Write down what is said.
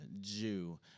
Jew